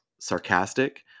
sarcastic